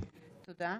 תודה.